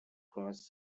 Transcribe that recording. cross